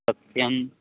सत्यं